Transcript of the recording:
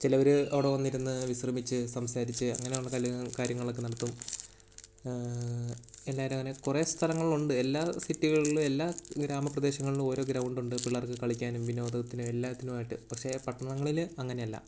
ചിലവർ അവിടെ വന്നിരുന്ന് വിശ്രമിച്ച് സംസാരിച്ച് അങ്ങനെയുള്ള കളികളും കാര്യങ്ങളൊക്കെ നടത്തും എല്ലാവരുമങ്ങനെ കുറേ സ്ഥലങ്ങളിലുണ്ട് എല്ലാ സിറ്റികളിലും എല്ലാ ഗ്രാമപ്രദേശങ്ങളിലും ഓരോ ഗ്രൗണ്ടുണ്ട് പിള്ളേർക്ക് കളിക്കാനും വിനോദത്തിനും എല്ലാത്തിനുമായിട്ട് പക്ഷെ പട്ടണങ്ങളിൽ അങ്ങനെയല്ല